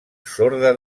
sorda